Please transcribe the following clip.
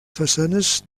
façanes